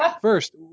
First